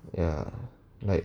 ya like